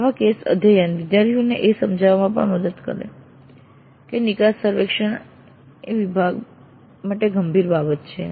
આવા કેસ અધ્યયન વિદ્યાર્થીઓને એ સમજવામાં પણ મદદ કરશે કે નિકાસ સર્વેક્ષણ એ વિભાગ માટે ગંભીર બાબત છે